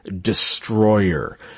Destroyer